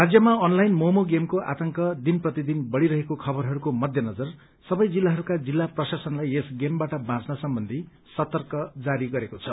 राज्यमा online Momo गेमको आतंक दिनप्रतिदिन बढ़िरहेको खबरहरूको मध्यनजर सबै जिल्लाहरूका जिल्ला रं प्रशासनलाई यस गेमबाट बाँच्न सम्बन्धी सर्तक जारी गरेको छ